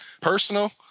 personal